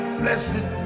blessed